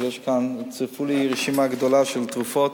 אבל צירפו לי רשימה גדולה של תרופות,